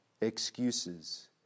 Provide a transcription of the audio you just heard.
excuses